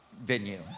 venue